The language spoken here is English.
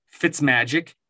Fitzmagic